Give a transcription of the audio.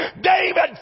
David